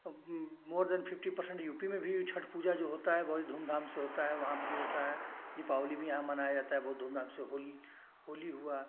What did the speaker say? मोर than fifty percent U P में भी छठ पूजा जो होता है बड़ी धूमधाम से होता है वहाँ पे भी होता है दीपावली भी यहाँ मनाया जाता है बहुत धूमधाम से होली होली हुआ